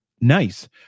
nice